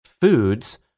foods